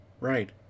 Right